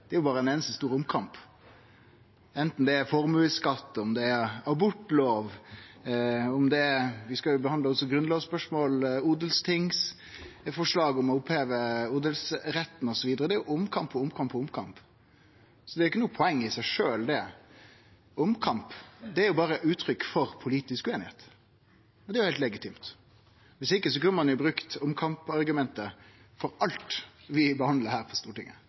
Det er berre ein einaste stor omkamp – om det er formuesskatt, om det er abortlov. Vi skal også behandle grunnlovsspørsmål, forslag om å oppheve odelsretten osv. Det er omkamp på omkamp på omkamp. Så det er ikkje noko poeng i seg sjølv. Omkamp er berre eit uttrykk for politisk ueinigheit. Det er heilt legitimt. Viss ikkje kunne ein brukt omkampargumentet for alt vi behandlar her på Stortinget.